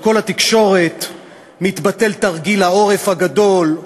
בכל התקשורת: מתבטל תרגיל העורף הגדול,